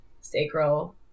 sacral